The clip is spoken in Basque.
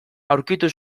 aurkitu